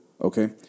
okay